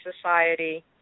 society